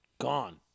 gone